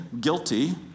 guilty